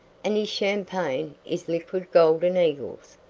and his champagne is liquid golden eagles.